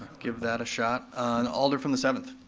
give that a shot. and alder from the seventh.